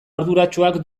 arduratsuak